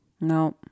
No